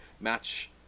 match